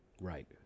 Right